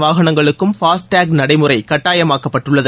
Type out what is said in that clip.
வாகனங்களுக்கும் ஃபாஸ்டேக் நடைமுறை கட்டாயமாக்கப்பட்டுள்ளது